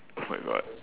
oh my god